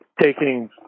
taking